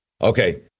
Okay